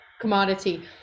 commodity